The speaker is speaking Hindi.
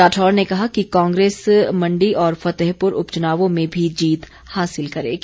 राठौर ने कहा कि कांग्रेस मण्डी और फतेहपुर उपचुनावों में भी जीत हासिल करेगी